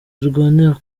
zirwanira